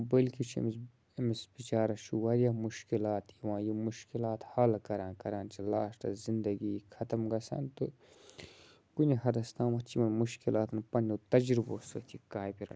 بٔلکہِ چھِ أمِس أمِس بِچارَس چھُ واریاہ مُشکلات یِوان یِم مُشکلات حل کَران کَران چھِ لاسٹَس زندگی ختم گژھان تہٕ کُنہِ حَدَس تامَتھ چھِ یِمَن مُشکلاتَن پنٛنیو تجرُبو سۭتۍ یہِ کاپہِ رَ